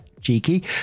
Cheeky